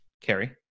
Carrie